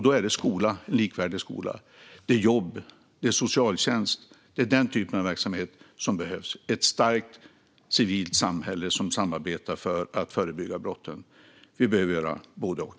Då är det en likvärdig skola, jobb och socialtjänst och annan sådan verksamhet som behövs - ett starkt civilt samhälle som samarbetar för att förebygga brott. Vi behöver göra både och.